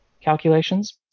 calculations